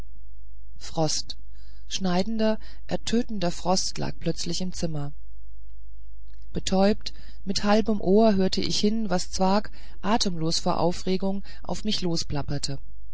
frost schneidender ertötender frost lag plötzlich im zimmer betäubt mit halbem ohr hörte ich hin was zwakh atemlos vor aufregung auf mich losplapperte